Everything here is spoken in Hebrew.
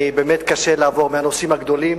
באמת קשה לעבור מהנושאים הגדולים